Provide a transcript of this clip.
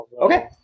Okay